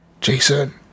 Jason